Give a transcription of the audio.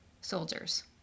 soldiers